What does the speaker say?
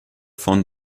von